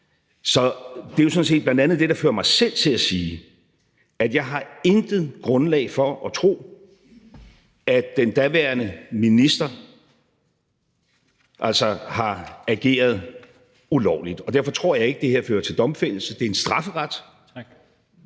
Så det er jo sådan set bl.a. det, der fører mig selv til at sige, at jeg intet grundlag har for at tro, at den daværende minister har ageret ulovligt, og derfor tror jeg ikke, det her fører til domfældelse. Det er en strafferet,